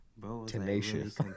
Tenacious